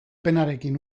penarekin